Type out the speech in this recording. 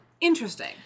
Interesting